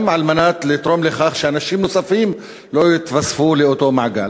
על מנת לתרום לכך שאנשים נוספים לא יתווספו לאותו מעגל,